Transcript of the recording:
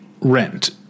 rent